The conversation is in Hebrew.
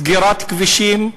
סגירת כבישים,